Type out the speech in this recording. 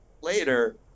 later